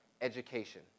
education